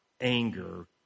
anger